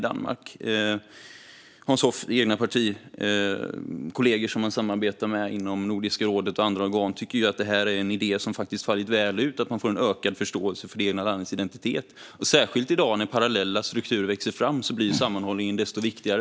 Hans Hoffs egna partikollegor som han samarbetar med inom Nordiska rådet och i andra organ tycker att en kanon är en idé som har fallit väl ut och ger en ökad förståelse för det egna landets identitet. Det gäller särskilt i dag. När parallella strukturer växer fram blir sammanhållningen än viktigare.